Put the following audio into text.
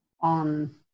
on